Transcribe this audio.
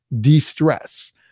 de-stress